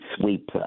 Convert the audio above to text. sweep